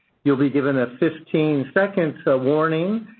you'll be given a fifteen second so warning.